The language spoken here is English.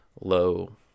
low